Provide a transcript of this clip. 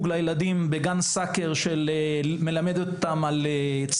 לילדים בגן סאקר ומלמדת אותם על פרחים,